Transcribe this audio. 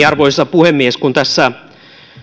arvoisa puhemies kun tässä